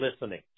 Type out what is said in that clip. listening